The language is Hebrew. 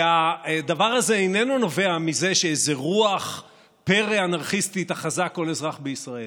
הדבר הזה איננו נובע מזה שאיזו רוח פרא אנרכיסטית אחזה כל אזרח בישראל.